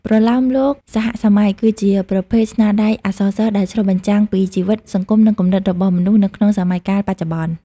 ប្រលោមលោកសហសម័យ គឺជាប្រភេទស្នាដៃអក្សរសិល្ប៍ដែលឆ្លុះបញ្ចាំងពីជីវិត សង្គម និងគំនិតរបស់មនុស្សនៅក្នុងសម័យកាលបច្ចុប្បន្ន។